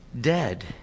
dead